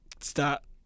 Stop